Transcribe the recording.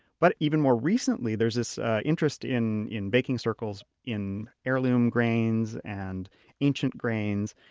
but even more recently, there's this interest in in baking circles in heirloom grains and ancient grains.